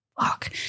Fuck